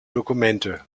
dokumente